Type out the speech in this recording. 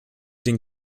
den